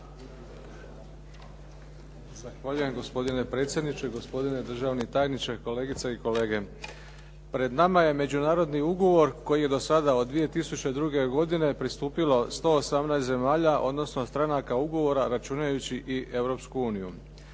Zahvaljujem. Gospodine predsjedniče, gospodine državni tajniče, kolegice i kolege. Pred nama je međunarodni ugovor kojem je do sada od 2002. godine pristupilo 118 zemalja odnosno stranaka ugovora računajući i Europsku uniju.